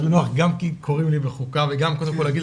גם כי קוראים לי בחוקה וגם קודם כל להגיד